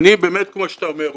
כמו שאתה אומר,